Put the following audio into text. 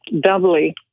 doubly